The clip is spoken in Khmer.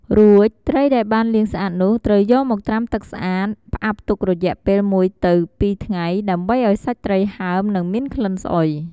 រួចត្រីដែលបានលាងស្អាតនោះ ត្រូវយកមកត្រាំទឹកស្អាត ផ្អាប់ទុករយៈពេល ១ ទៅ ២ ថ្ងៃ ដើម្បីឱ្យសាច់ត្រីហើម និងមានក្លិនស្អុយ។